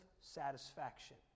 satisfaction